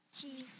Jesus